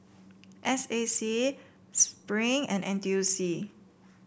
S A C Spring and N T U C